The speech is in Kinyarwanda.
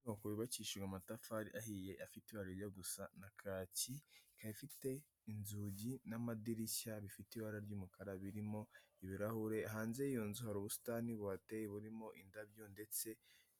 Inyubako yubakishijwe amatafari ahiye afite ibara rijya gusa na kacyi, ikaba ifite inzugi n'amadirishya bifite ibara ry'umukara birimo ibirahure, hanze y'iyonzu hari ubusitani buteye burimo indabyo ndetse